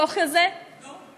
החוק הזה, לא,